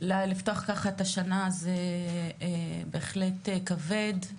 לפתוח ככה את השנה זה בהחלט כבד,